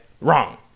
wrong